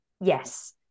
yes